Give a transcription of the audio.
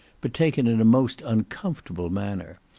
but taken in a most uncomfortable manner.